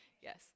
yes